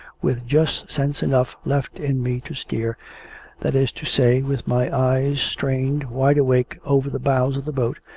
with just sense enough left in me to steer that is to say, with my eyes strained, wide-awake, over the bows of the boat,